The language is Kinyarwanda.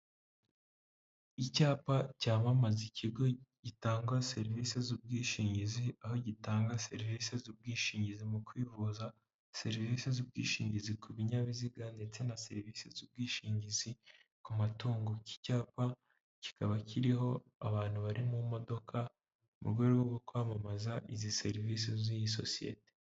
Icyapa cyamamaza ikigo gitanga serivise z'ubwishingizi aho gitanga serivise z'ubwishingizi mu kwivuza, serivise z'ubwishingizi ku binyabiziga ndetse na serivisi z'ubwishingizi ku matungo, iki cyapa kikaba kiriho abantu bari mu modoka mu rwego rwo kwamamaza izi serivise z'iyi sosiyete.